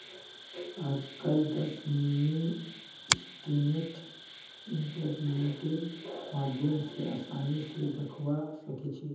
आजकल दस mini statement इन्टरनेटेर माध्यम स आसानी स दखवा सखा छी